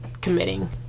committing